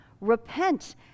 repent